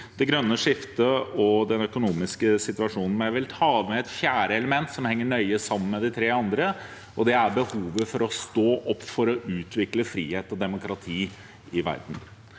det grønne skiftet og den økonomiske situasjonen. Men jeg vil ta med et fjerde element som henger nøye sammen med de tre andre, og det er behovet for å stå opp for å utvikle frihet og demokrati i verden.